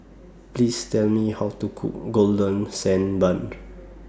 Please Tell Me How to Cook Golden Sand Bun